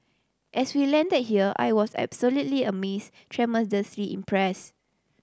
as we land here I was absolutely amaze tremendously impress